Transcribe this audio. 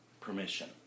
permission